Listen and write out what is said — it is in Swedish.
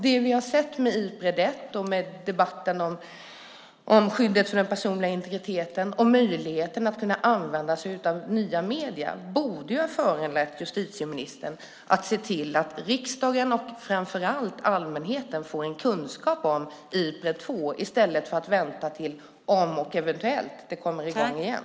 Det vi har sett med Ipred 1 och debatten om skyddet för den personliga integriteten och möjligheten att använda sig av nya medier borde ha föranlett justitieministern att se till att riksdagen och framför allt allmänheten får kunskap om Ipred 2, i stället för att vänta tills det eventuellt kommer i gång igen.